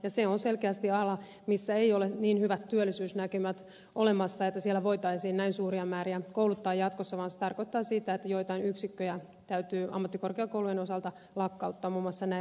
se on selkeästi ala missä ei ole niin hyvät työllisyysnäkymät olemassa että siellä voitaisiin näin suuria määriä kouluttaa jatkossa vaan se tarkoittaa sitä että joitain yksikköjä täytyy ammattikorkeakoulujen osalta lakkauttaa muun muassa näiltä aloilta